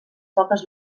poques